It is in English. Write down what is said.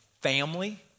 family